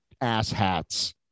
asshats